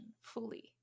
fully